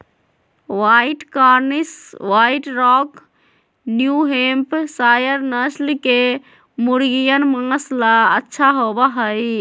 white Cornish, white rock, New Hampshire नस्ल के मुर्गियन माँस ला अच्छा होबा हई